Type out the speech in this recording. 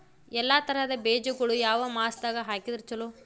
ಎಲ್ಲಾ ತರದ ಬೇಜಗೊಳು ಯಾವ ಮಾಸದಾಗ್ ಹಾಕಿದ್ರ ಛಲೋ?